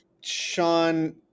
Sean